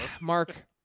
Mark